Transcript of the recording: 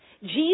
Jesus